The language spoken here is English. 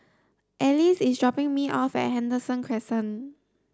Alyse is dropping me off at Henderson Crescent